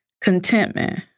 contentment